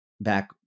back